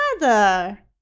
Mother